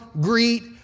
greet